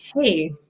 hey